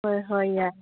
ꯍꯣꯏ ꯍꯣꯏ ꯌꯥꯏ